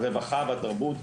הרווחה והתרבות,